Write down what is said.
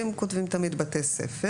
כותבים תמיד בתי ספר.